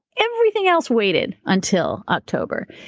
everything else waited until october.